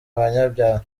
abanyabyaha